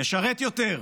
ישרת יותר,